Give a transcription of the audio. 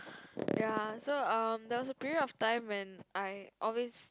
ya so um there was a period of time when I always